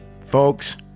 Folks